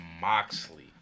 Moxley